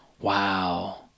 Wow